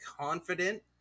confident